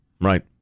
right